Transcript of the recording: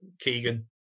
Keegan